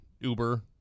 Uber